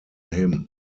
him